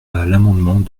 l’amendement